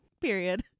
Period